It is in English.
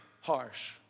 harsh